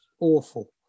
awful